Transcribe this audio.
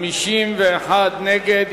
51 נגד.